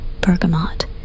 bergamot